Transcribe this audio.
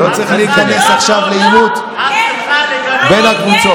לא צריך להיכנס עכשיו לעימות בין הקבוצות.